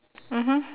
mmhmm